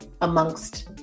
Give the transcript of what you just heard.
amongst